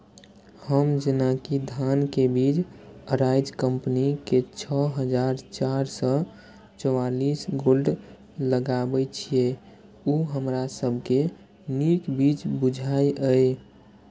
हम जेना कि धान के बीज अराइज कम्पनी के छः हजार चार सौ चव्वालीस गोल्ड लगाबे छीय उ हमरा सब के नीक बीज बुझाय इय?